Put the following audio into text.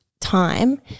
time